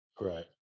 Right